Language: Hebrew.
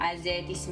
אז תודה.